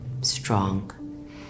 strong